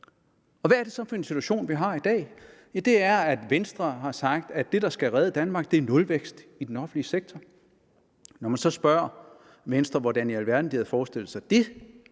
Hvad er det så for en situation, vi har i dag? Det er, at Venstre har sagt, at det, der skal redde Danmark, er nulvækst i den offentlige sektor. Når man så spørger Venstre, hvordan i alverden de havde forestillet sig,